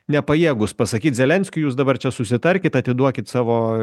nepajėgūs pasakyt zelenskiui jūs dabar čia susitarkit atiduokit savo